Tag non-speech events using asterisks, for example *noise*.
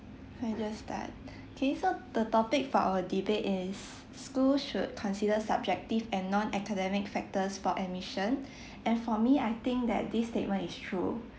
okay let's start okay so the topic for our debate is schools should consider subjective and non academic factors for admission *breath* and for me I think that this statement is true